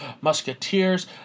Musketeers